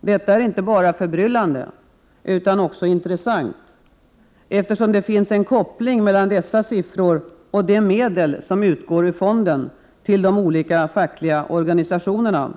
Detta är inte bara förbryllande utan också intressant, eftersom det finns en koppling mellan dessa siffror och de medel som utgår ur fonden till de olika fackliga organisationerna.